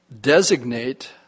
designate